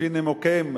לפני נימוקים,